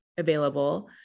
available